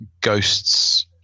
ghosts